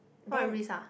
what risk ah